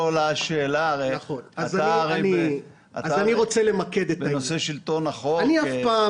עולה השאלה כי הרי מי כמוך בנושא שלטון החוק.